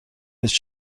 نیست